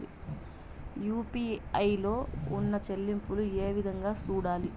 UPI లో ఉన్న చెల్లింపులు ఏ విధంగా సూడాలి